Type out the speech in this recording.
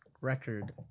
record